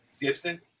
Gibson